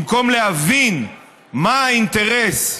במקום להבין מה האינטרס,